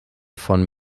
von